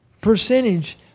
percentage